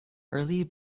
early